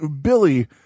billy